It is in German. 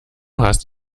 hast